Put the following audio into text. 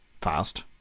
Fast